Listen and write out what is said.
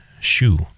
shoe